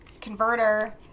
converter